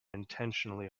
intentionally